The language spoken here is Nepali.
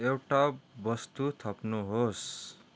एउटा वस्तु थप्नुहोस्